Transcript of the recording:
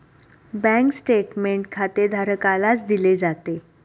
bank statement खातेधारकालाच दिले जाते